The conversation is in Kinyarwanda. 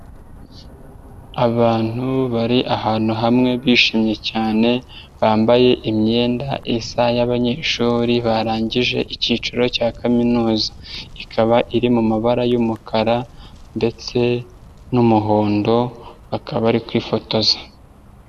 Abantu bari ahantu hamwe bishimye cyane bambaye imyenda isa y'abanyeshuri barangije icyiciro cya kaminuza, ikaba iri mu mabara y'umukara ndetse n'umuhondo bakaba bari kwifotoza.